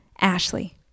Ashley